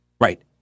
Right